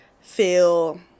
feel